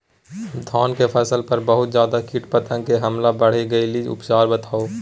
धान के फसल पर बहुत ज्यादा कीट पतंग के हमला बईढ़ गेलईय उपचार बताउ?